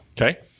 Okay